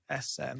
SM